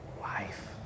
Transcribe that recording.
life